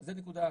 זו נקודה אחת.